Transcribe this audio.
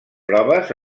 proves